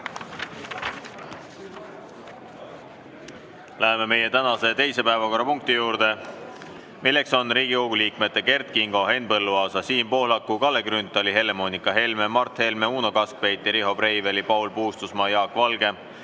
Läheme meie tänase teise päevakorrapunkti juurde. Riigikogu liikmete Kert Kingo, Henn Põlluaasa, Siim Pohlaku, Kalle Grünthali, Helle-Moonika Helme, Mart Helme, Uno Kaskpeiti, Riho Breiveli, Paul Puustusmaa, Jaak Valge,